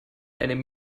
einem